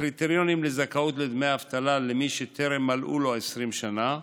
הקריטריונים לזכאות לדמי אבטלה למי שטרם מלאו לו 20 שנה,